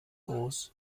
groß